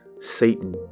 Satan